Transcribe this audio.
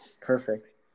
perfect